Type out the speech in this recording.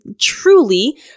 truly